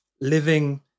living